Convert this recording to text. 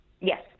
Yes